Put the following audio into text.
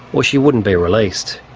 or she wouldn't be released.